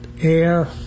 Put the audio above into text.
air